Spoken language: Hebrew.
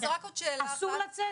אסור לצאת?